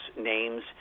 names